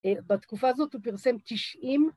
בתקופה הזאת הוא פרסם תשעים